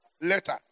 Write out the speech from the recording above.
later